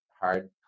hard